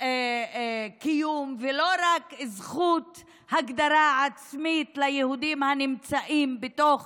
קיום ולא רק זכות הגדרה עצמית ליהודים הנמצאים בתוך